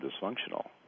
dysfunctional